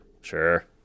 Sure